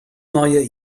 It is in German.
neue